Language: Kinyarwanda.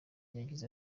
yagize